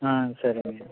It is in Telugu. సరే అండి